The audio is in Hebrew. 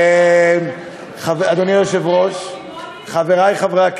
אדוני, שלוש דקות לרשותך.